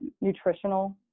nutritional